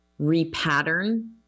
repattern